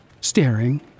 staring